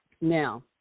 Now